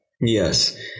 yes